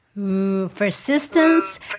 persistence